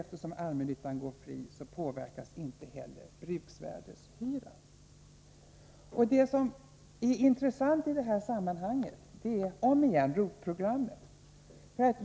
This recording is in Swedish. Eftersom allmännyttan går fri påverkas inte heller bruksvärdeshyran. Det som är intressant i det här sammanhanget är omigen ROT-programmet.